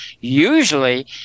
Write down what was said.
usually